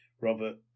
Robert